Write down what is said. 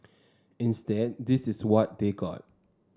instead this is what they got